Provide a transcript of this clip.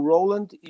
Roland